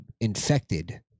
infected